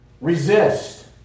resist